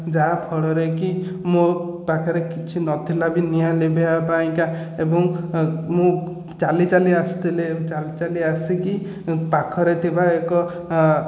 ଯାହାଫଳରେ କି ମୋ ପାଖରେ କିଛି ନଥିଲା ବି ନିଆଁ ଲିଭାଇବା ପାଇଁକା ଏବଂ ମୁଁ ଚାଲି ଚାଲି ଆସିଥିଲି ଚାଲି ଚାଲି ଆସିକି ପାଖରେ ଥିବା ଏକ